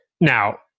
Now